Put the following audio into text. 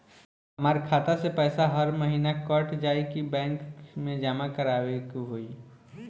हमार खाता से पैसा हर महीना कट जायी की बैंक मे जमा करवाए के होई?